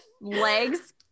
legs